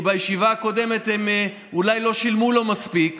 כי אולי בישיבה הקודמת הם לא שילמו לו מספיק.